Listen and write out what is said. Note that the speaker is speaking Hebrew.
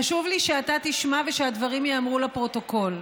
חשוב לי שאתה תשמע ושהדברים ייאמרו לפרוטוקול.